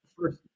First